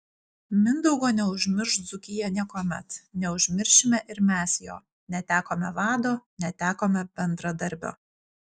mindaugo neužmirš dzūkija niekuomet neužmiršime ir mes jo netekome vado netekome bendradarbio